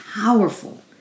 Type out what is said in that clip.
powerful